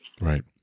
Right